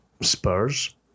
Spurs